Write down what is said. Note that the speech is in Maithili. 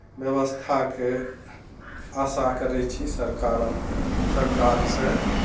व्यवस्थाके आशा करय छी सरकारक सरकारसँ